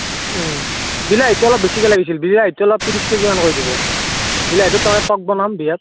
ও বিলাহীটো অলপ বেছিকৈ লাগিছিল বিলাহীটো অলপ ত্ৰিছ কেজিমান কৰি দিব বিলাহীটো তাৰমানে টক্ বনাম বিয়াত